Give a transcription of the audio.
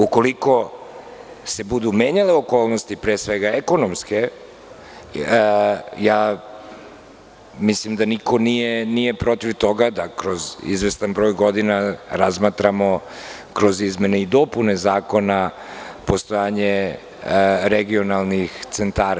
Ukoliko se budu menjale okolnosti, pre svega ekonomske, mislim da niko nije protiv toga da kroz izvestan broj godina razmatramo kroz izmene i dopune zakona postojanje regionalnih centara.